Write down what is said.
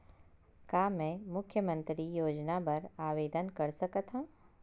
का मैं मुख्यमंतरी योजना बर आवेदन कर सकथव?